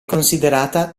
considerata